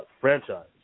franchise